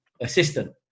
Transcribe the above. assistant